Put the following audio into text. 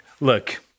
look